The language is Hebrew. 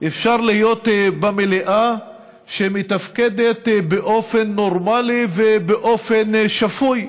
אפשר להיות במליאה שמתפקדת באופן נורמלי ובאופן שפוי: